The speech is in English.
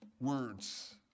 words